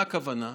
מה הכוונה?